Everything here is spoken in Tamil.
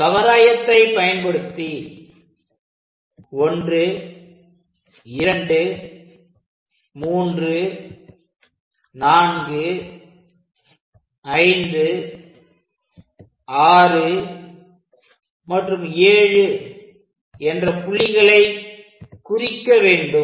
கவராயத்தை பயன்படுத்தி 1 2 3 4 5 6 மற்றும் 7 என்ற புள்ளிகளை குறிக்க வேண்டும்